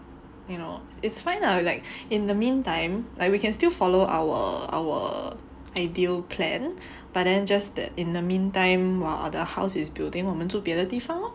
you know it's fine lah like in the meantime like we can still follow our our ideal plan but then just that in the meantime while the house is building 我们组别的地方 lor